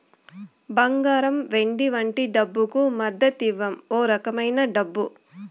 బంగారం వెండి వంటి డబ్బుకు మద్దతివ్వం ఓ రకమైన డబ్బు